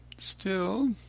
still,